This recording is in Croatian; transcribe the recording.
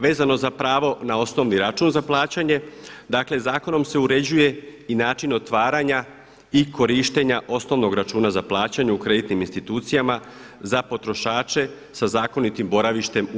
Vezano za pravo na osnovni račun za plaćanje, dakle zakonom se uređuje i način otvaranja i korištenja osnovnog računa za plaćanje u kreditnim institucijama za potrošače sa zakonitim boravištem u EU.